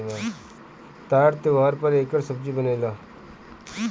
तर त्योव्हार पर एकर सब्जी बनेला